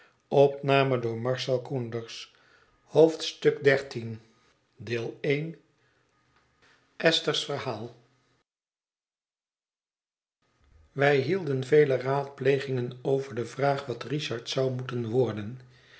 wij hielden vele raadplegingen over de vraag wat richard zou moeten worden